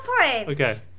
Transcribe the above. Okay